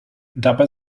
dabei